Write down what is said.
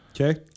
okay